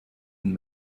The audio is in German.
den